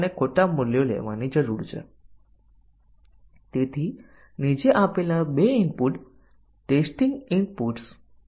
તો આ ખોટું હશે અને b એ 60 કરતા ઓછું 50 જે ખોટું હશે